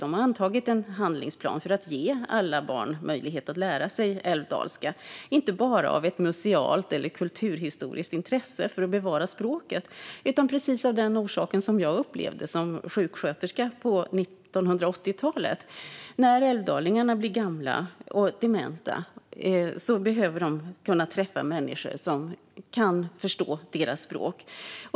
De har antagit en handlingsplan för att ge alla barn möjlighet att lära sig älvdalska, inte bara av ett musealt eller kulturhistoriskt intresse för att bevara språket utan av precis den orsak som jag upplevde som sjuksköterska på 1980-talet: När älvdalingarna blir gamla och dementa behöver de kunna träffa människor som kan förstå deras språk.